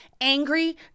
angry